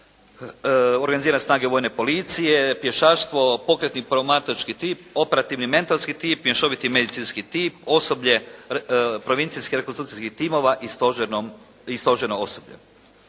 organizirane snage policije, pješaštvo, pokretni promatrački tim, operativni mentorski tim, mješoviti medicinski tim, osoblje provincijskih rekonstrukcijskih timova i stožerno osoblje.